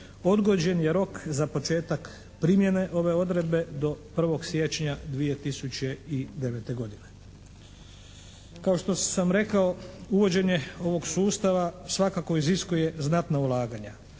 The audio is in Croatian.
Odgođen je rok za početak primjene ove odredbe do 1. siječnja 2009. godine. Kao što sam rekao uvođenje ovog sustava svakako iziskuje znatna ulaganja.